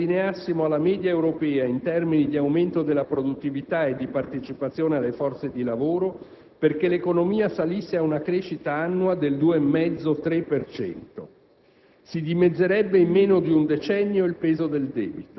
Lo spazio per crescere c'è. Basterebbe che ci allineassimo alla media europea in termini di aumento della produttività e di partecipazione alle forze di lavoro perché l'economia salisse con una crescita annua del 2,5-3